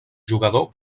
jugador